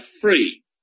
free